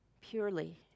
purely